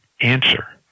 answer